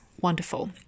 wonderful